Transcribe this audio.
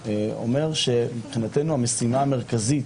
מבחינתנו המשימה המרכזית